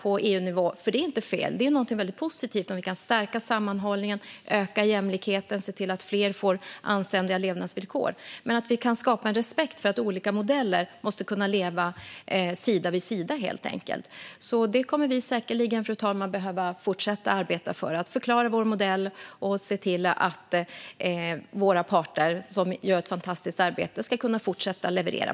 Det är positivt om vi kan stärka sammanhållningen, öka jämlikheten och se till att fler får anständiga levnadsvillkor. Men vi måste skapa en respekt för att olika modeller måste kunna leva sida vid sida. Fru talman! Vi kommer säkerligen att behöva fortsätta att arbeta för att förklara vår modell och se till att våra parter, som gör ett fantastiskt arbete, kan fortsätta att leverera.